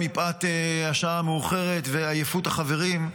מפאת השעה המאוחרת ועייפות החברים,